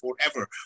forever